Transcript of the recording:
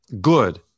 Good